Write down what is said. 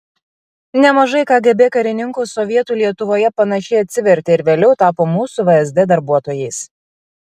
nemažai kgb karininkų sovietų lietuvoje panašiai atsivertė ir vėliau tapo mūsų vsd darbuotojais